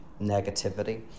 negativity